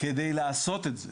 על מנת לעשות את זה.